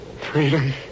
Freedom